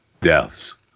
deaths